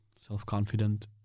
self-confident